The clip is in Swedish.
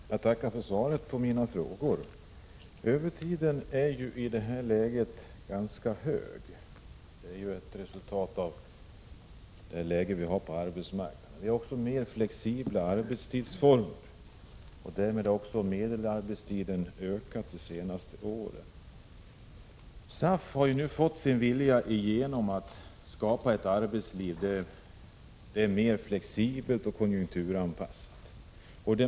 Herr talman! Jag tackar för svaret på mina frågor. Övertidsuttaget är ju i dag ganska stort. Det är ett resultat av det läge vi har på arbetsmarknaden. Vi har också mer flexibla arbetstidsformer, och därmed har medelarbetstiden ökat de senaste åren. SAF har nu fått sin vilja igenom när det gäller att skapa ett arbetsliv som är mer flexibelt och konjunkturanpassat.